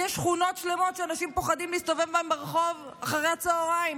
כי יש שכונות שלמות שאנשים פוחדים להסתובב בהן ברחוב אחרי הצוהריים.